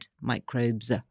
Microbes